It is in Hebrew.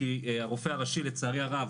כי הרופא הראשי לצערי הרב